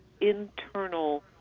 internal